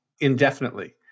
indefinitely